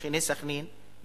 שכני סח'נין,